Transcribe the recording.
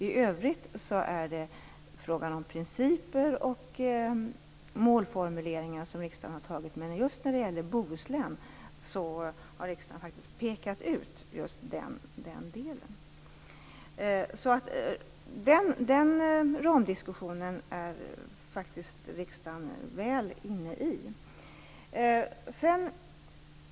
I övrigt är det fråga om principer och målformuleringar, men just i fråga om Bohuslän har riksdagen faktiskt pekat ut den delen. Den ramdiskussionen är riksdagen alltså väl inne i.